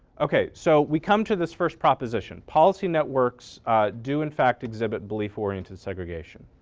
ok, so we come to this first proposition, policy networks do in fact exhibit belief-oriented segregation.